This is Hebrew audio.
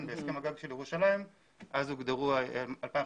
בהסכם הגג של ירושלים הוגדרו 2,500